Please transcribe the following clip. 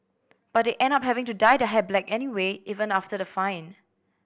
but they end up having to dye their hair black anyway even after the fine